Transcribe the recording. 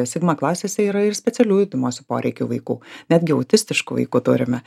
sigma klasėse yra ir specialiųjų ugdymosi poreikių vaikų netgi autistiškų vaikų turime